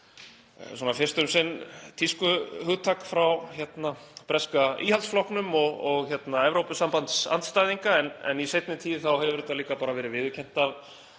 kannski fyrst um sinn tískuhugtak frá breska íhaldsflokknum og Evrópusambandsandstæðingum en í seinni tíð hefur þetta líka verið viðurkennt af